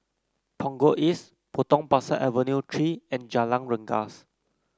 Punggol East Potong Pasir Avenue Three and Jalan Rengas